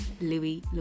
Louis